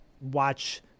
watch